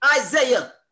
Isaiah